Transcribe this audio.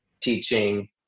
teaching